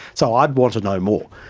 so i'd want to know more.